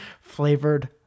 flavored